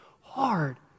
hard